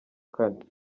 kane